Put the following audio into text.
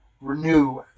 renew